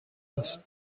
است